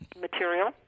material